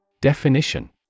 Definition